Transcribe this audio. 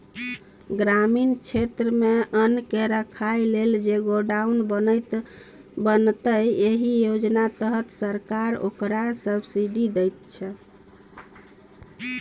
ग्रामीण क्षेत्रमे अन्नकेँ राखय लेल जे गोडाउन बनेतै एहि योजना तहत सरकार ओकरा सब्सिडी दैतै